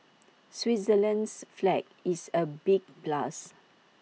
Switzerland's flag is A big plus